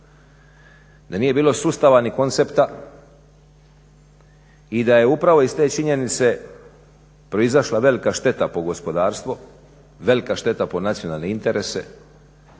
da nije bilo sustava ni koncepta i da je upravo iz te činjenice proizašla velika šteta po gospodarstvo, velika šteta po nacionalne interese,